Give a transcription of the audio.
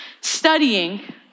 studying